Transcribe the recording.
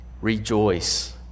Rejoice